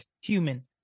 human